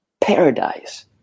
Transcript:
paradise